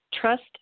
Trust